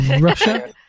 Russia